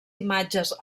imatges